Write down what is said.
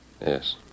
Yes